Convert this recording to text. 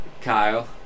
Kyle